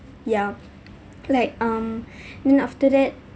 yup like um then after that